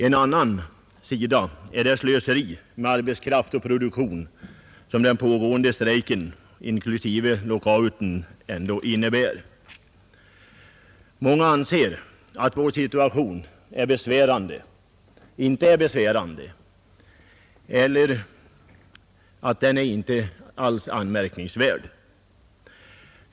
En annan sida är det slöseri med arbetskraft och produktion som den pågående strejken, inklusive lockouten, ändå innebär. Många anser att vår situation inte är besvärande eller över huvud taget anmärkningsvärd.